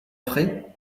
frais